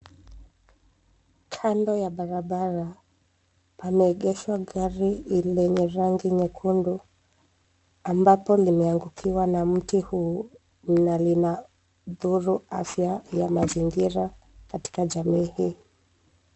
Kando ya barabara, pameegeshwa gari lenye rangi nyekundu ambapo limeangukiwa na mti huu na linadhuru afya ya mazingira katika jamii hii.